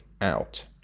out